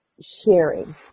sharing